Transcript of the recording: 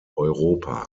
europa